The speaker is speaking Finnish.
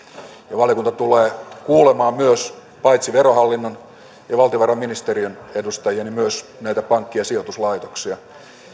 valiokunta tulee kuulemaan myös paitsi verohallinnon ja valtiovarainministeriön edustajia myös näitä pankki ja sijoituslaitoksia